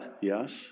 Yes